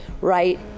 right